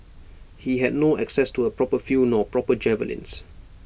he had no access to A proper field nor proper javelins